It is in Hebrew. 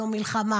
לא מלחמה,